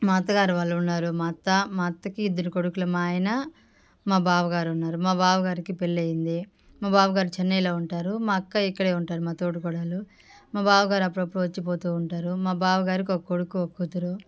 మా అత్త గారు వాళ్ళు ఉన్నారు మా అత్త మా అత్తకి ఇద్దరు కొడుకులు మా ఆయన మా బావగారు ఉన్నారు మా బావగారికి పెళ్ళైంది మా బావగారు చెన్నైలో ఉంటారు మా అక్క ఇక్కడే ఉంటారు మా తోటి కోడలు మా బావగారు అప్పుడప్పుడు వచ్చిపోతూ ఉంటారు మా బావగారికి ఒక కొడుకు ఒక కూతురు